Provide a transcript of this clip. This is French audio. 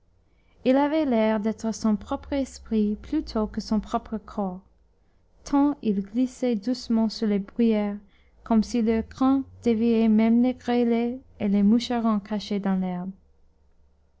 il avait l'air d'être son propre esprit plutôt que son propre corps tant il glissait doucement sur les bruyères comme s'il eût craint d'éveiller même les grelets et les moucherons cachés dans l'herbe